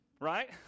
right